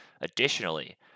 Additionally